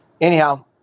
Anyhow